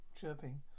chirping